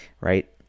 right